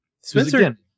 Spencer